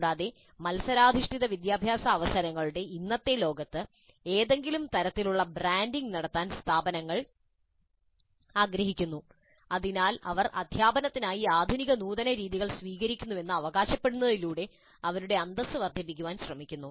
കൂടാതെ മത്സരാധിഷ്ഠിത വിദ്യാഭ്യാസ അവസരങ്ങളുടെ ഇന്നത്തെ ലോകത്ത് ഏതെങ്കിലും തരത്തിലുള്ള ബ്രാൻഡിംഗ് നടത്താൻ സ്ഥാപനങ്ങൾ ആഗ്രഹിക്കുന്നു അതിനാൽ അവർ അധ്യാപനത്തിനായി ആധുനിക നൂതന രീതികൾ സ്വീകരിക്കുന്നുവെന്ന് അവകാശപ്പെടുന്നതിലൂടെ അവരുടെ അന്തസ്സ് വർദ്ധിപ്പിക്കാൻ ആഗ്രഹിക്കുന്നു